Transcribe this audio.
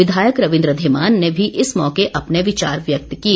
विधायक रविन्द्र धीमान ने भी इस मौके अपने विचार व्यक्त किए